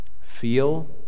Feel